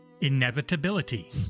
Inevitability